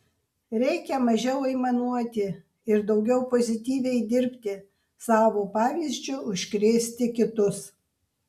reikia mažiau aimanuoti ir daugiau pozityviai dirbti savo pavyzdžiu užkrėsti kitus